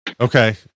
Okay